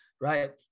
right